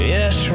Yes